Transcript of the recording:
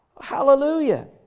Hallelujah